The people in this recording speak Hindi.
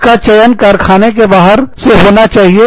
उसका चयन कारखाने के बाहर से होना चाहिए